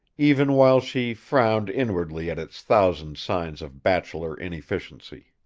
even while she frowned inwardly at its thousand signs of bachelor inefficiency.